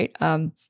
right